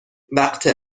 وقت